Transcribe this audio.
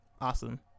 awesome